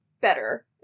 better